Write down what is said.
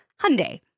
Hyundai